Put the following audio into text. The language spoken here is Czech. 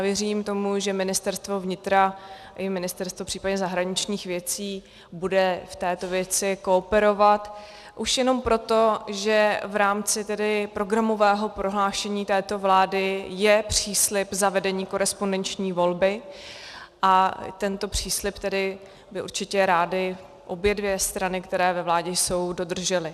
Věřím tomu, že Ministerstvo vnitra i případně Ministerstvo zahraničních věcí bude v této věci kooperovat, už jenom proto, že v rámci programového prohlášení této vlády je příslib zavedení korespondenční volby a tento příslib by určitě rády obě dvě strany, které ve vládě jsou, dodržely.